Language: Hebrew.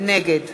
נגד